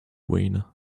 wayne